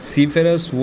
Seafarers